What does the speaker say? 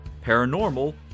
paranormal